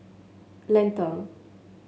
Lentor